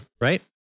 right